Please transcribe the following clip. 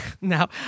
Now